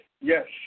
Yes